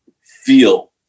feel